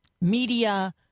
media